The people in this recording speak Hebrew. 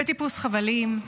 בטיפוס חבלים,